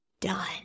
done